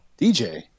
DJ